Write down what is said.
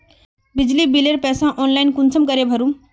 बिजली बिलेर पैसा ऑनलाइन कुंसम करे भेजुम?